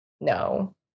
No